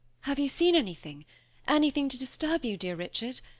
have you seen anything anything to disturb you, dear richard?